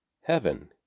Heaven